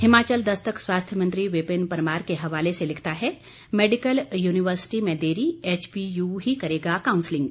हिमाचल दस्तक स्वास्थ्य मंत्री विपिन परमार के हवाले से लिखता है मेडिकल यूनिवर्सिटी में देरी एचपीयू ही करेगा काउंसलिंग